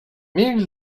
mieli